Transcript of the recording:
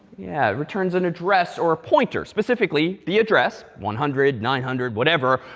yeah, returns an address or a pointer. specifically, the address, one hundred, nine hundred, whatever,